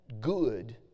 good